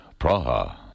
Praha